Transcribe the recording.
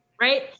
right